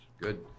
Good